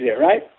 right